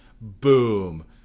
boom